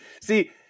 See